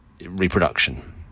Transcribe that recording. reproduction